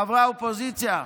חברי האופוזיציה,